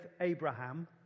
Abraham